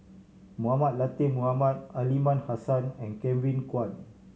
Mohamed Latiff Mohamed Aliman Hassan and Kevin Kwan